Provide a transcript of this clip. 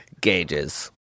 Gauges